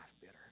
bitter